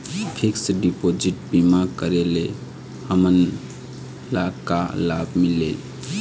Fix deposit बीमा करे ले हमनला का लाभ मिलेल?